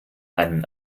einen